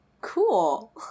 Cool